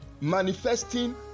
Manifesting